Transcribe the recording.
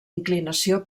inclinació